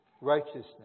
Righteousness